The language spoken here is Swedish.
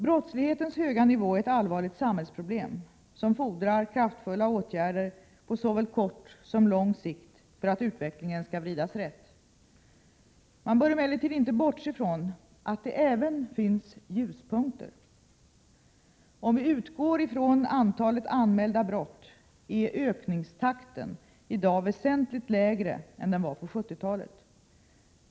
Brottslighetens höga nivå är ett allvarligt samhällsproblem som fordrar kraftfulla åtgärder på såväl kort som lång sikt för att utvecklingen skall vridas rätt. Man bör emellertid inte bortse från att det även finns ljuspunkter. Om vi utgår från antalet anmälda brott, är ökningstakten i dag väsentligt lägre än den var på 70-talet.